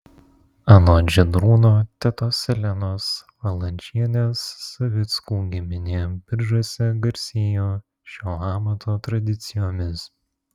anot žydrūno tetos elenos valančienės savickų giminė biržuose garsėjo šio amato tradicijomis